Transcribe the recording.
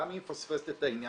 למה היא מפספסת את העניין?